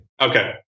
Okay